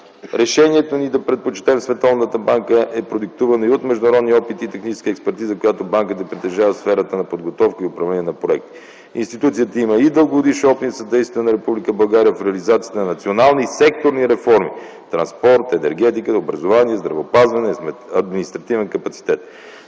Решението ни да предпочетем Световната банка е продиктувано и от международния опит и техническа експертиза, която Банката притежава в сферата на подготовка и управление на проекти. Институцията има и дългогодишен опит и съдействие на Република България в реализацията на национални секторни реформи – транспорт, енергетика, образование, здравеопазване, административен капацитет.